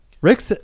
Rick